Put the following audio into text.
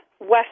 west